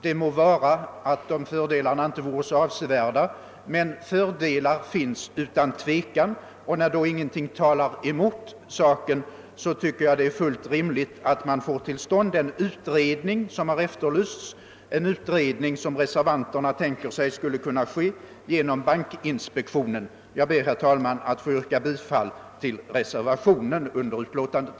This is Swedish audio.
Det må vara att fördelarna inte är avsevärda, men fördelar finns utan tvekan, och när ingenting talar emot saken tycker jag att det är fullt rimligt, att man får till stånd den utredning som har begärts, en utredning som reservanterna tänker sig skulle kunna ske genom bankinspektionen. Jag ber, herr talman, att få yrka bifall till reservationen till utlåtandet.